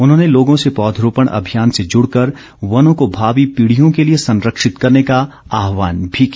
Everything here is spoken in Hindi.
उन्होंने लोगों से पौधरोपण अभियान से जुड़कर वनों को भावी पीढ़ियों के लिए संरक्षित करने का आहवान भी किया